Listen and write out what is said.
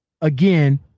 Again